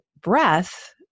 breath